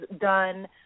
done